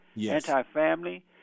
anti-family